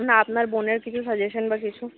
না আপনার বোনের কিছু সাজেশান বা কিছু